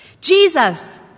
Jesus